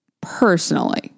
personally